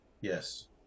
Yes